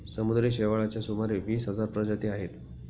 समुद्री शेवाळाच्या सुमारे वीस हजार प्रजाती आहेत